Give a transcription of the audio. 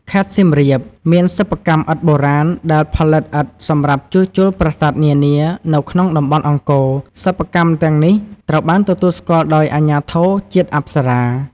ខេត្តសៀមរាប មានសិប្បកម្មឥដ្ឋបុរាណដែលផលិតឥដ្ឋសម្រាប់ជួសជុលប្រាសាទនានានៅក្នុងតំបន់អង្គរ។ សិប្បកម្មទាំងនេះត្រូវបានទទួលស្គាល់ដោយអាជ្ញាធរជាតិអប្សរា។